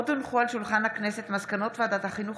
עוד הונחו על שולחן הכנסת מסקנות ועדת החינוך,